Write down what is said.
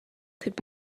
could